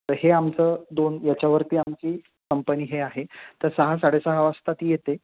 तर हे आमचं दोन याच्यावरती आमची कंपनी हे आहे तर सहा साडेसहा वाजता ती येते